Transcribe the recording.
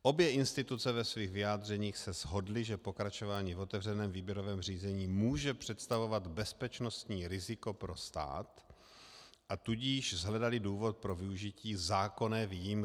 Obě instituce ve svých vyjádřeních se shodly, že pokračování v otevřeném výběrovém řízení může představovat bezpečnostní riziko pro stát, a tudíž shledaly důvod pro využití zákonné výjimky.